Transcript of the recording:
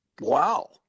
Wow